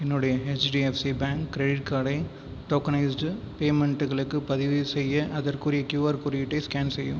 என்னுடைய HDFC bank credit கார்டை tokenised பேமென்ட்களுக்கு பதிவு செய்ய அதற்குரிய க்யூஆர் குறியீட்டை ஸ்கேன் செய்யவும்